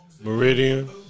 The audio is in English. Meridian